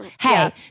hey